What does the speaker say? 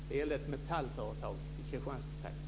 Det gällde ett metallföretag i Kristianstadstrakten.